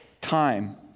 Time